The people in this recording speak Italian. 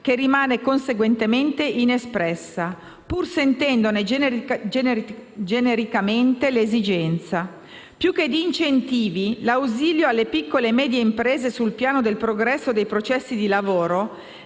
(che rimane conseguentemente inespressa), pur sentendone genericamente l'esigenza. Più che di incentivi, l'ausilio alle piccole e medie imprese sul piano del progresso dei processi di lavoro